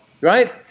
right